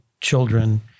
children